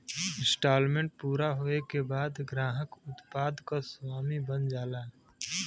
instalment पूरा होये के बाद ग्राहक उत्पाद क स्वामी बन जाला